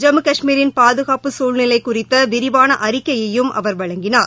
ஜம்மு கஷ்மீரின் பாதுகாப்பு சூழ்நிலை குறித்த விரிவான அறிக்கையையும் அவர் வழங்கினார்